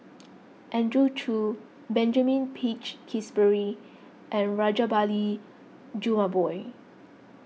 Andrew Chew Benjamin Peach Keasberry and Rajabali Jumabhoy